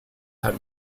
had